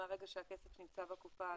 מהרגע שהכסף נמצא בקופה,